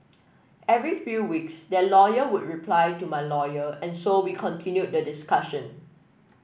every few weeks their lawyer would reply to my lawyer and so we continued the discussion